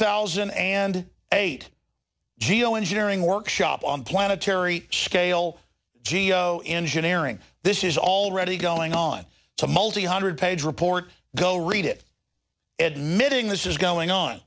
thousand and eight geo engineering workshop on planetary scale geo engineering this is already going on a multi hundred page report go read it at mit ing this is going on